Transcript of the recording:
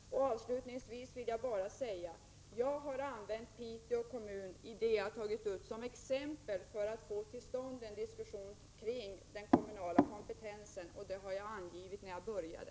Avslutningsvis vill jag bara säga att jag har tagit Piteå kommun som ett exempel för att få till stånd en diskussion kring den kommunala kompetensen, och det angav jag från början.